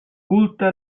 culte